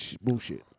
bullshit